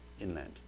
inland